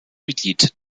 mitglied